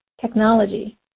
technology